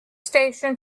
station